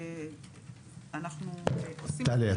טלי,